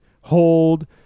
hold